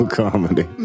comedy